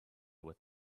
with